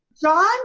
John